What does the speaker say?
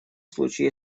случае